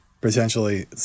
Potentially